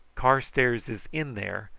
carstairs is in there,